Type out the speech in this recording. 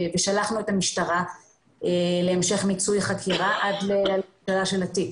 ושלחנו את המשטרה להמשך מיצוי חקירה עד ל- -- של התיק,